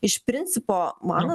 iš principo man